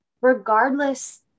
regardless